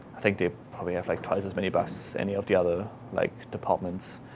i think they probably have like twice as many bugs, any of the other like departments.